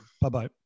Bye-bye